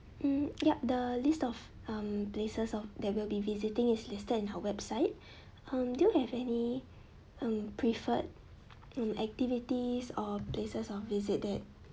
hmm yup the list of um places of that we'll be visiting is listed in our website um do you have any um preferred um activities or places of visit that